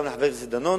גם לחבר הכנסת דנון,